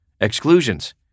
Exclusions